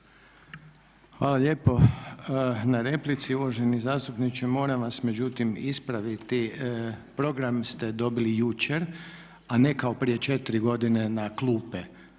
Hvala lijepo na replici. Uvaženi zastupniče moram vas međutim ispraviti. Program ste dobili jučer a ne kao prije 4 godine na klupe